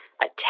attack